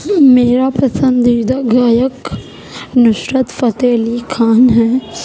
میرا پسندیدہ گایک نصرت فتح علی خان ہیں